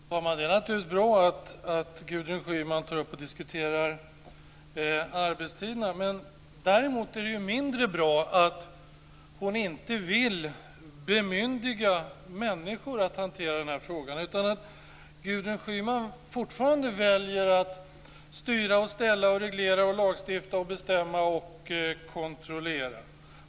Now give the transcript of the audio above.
Fru talman! Det är naturligtvis bra att Gudrun Schyman tar upp och diskuterar arbetstiderna. Däremot är det mindre bra att hon inte vill bemyndiga människor att hantera den här frågan. Gudrun Schyman väljer fortfarande att styra och ställa, reglera och lagstifta, bestämma och kontrollera.